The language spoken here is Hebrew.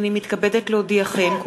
הנני מתכבדת להודיעכם,